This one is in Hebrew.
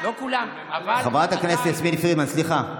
לא כולם, אבל, חברת הכנסת יסמין פרידמן, סליחה.